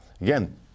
Again